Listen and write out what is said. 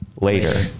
later